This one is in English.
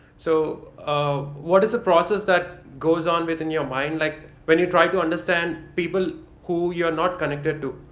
so, um what is the process that goes on within your mind? like, when you're trying to understand people who you're not connected to.